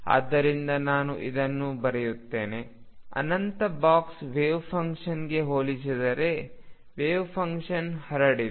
ಆದ್ದರಿಂದ ನಾನು ಇದನ್ನು ಬರೆಯುತ್ತೇನೆ ಅನಂತ ಬಾಕ್ಸ್ ವೆವ್ಫಂಕ್ಷನ್ಗೆ ಹೋಲಿಸಿದರೆ ವೆವ್ಫಂಕ್ಷನ್ ಹರಡಿದೆ